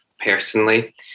personally